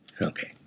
Okay